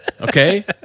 Okay